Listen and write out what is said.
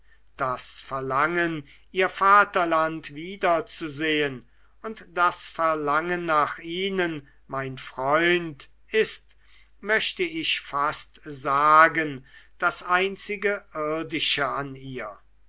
das verlangen ihr vaterland wiederzusehen und das verlangen nach ihnen mein freund ist möchte ich fast sagen das einzige irdische an ihr